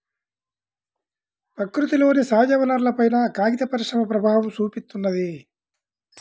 ప్రకృతిలోని సహజవనరులపైన కాగిత పరిశ్రమ ప్రభావం చూపిత్తున్నది